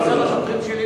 אל תדאג לשוטרים שלי,